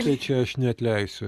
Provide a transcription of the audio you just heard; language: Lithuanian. tai čia aš neatleisiu